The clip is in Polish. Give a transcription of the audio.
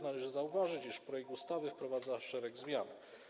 Należy zauważyć, iż projekt ustawy wprowadza szereg zmian.